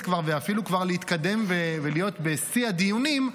ואפילו כבר להתקדם ולהיות בשיא הדיונים,